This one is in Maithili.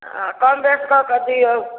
हँ कमबेस कऽ कऽ दिऔ